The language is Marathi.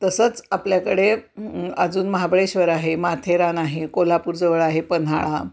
तसंच आपल्याकडे अजून महाबळेश्वर आहे माथेरान आहे कोल्हापूरजवळ आहे पन्हाळा